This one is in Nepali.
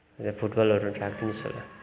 फुटबलहरू राखिदिनुहोस् होला